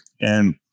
and-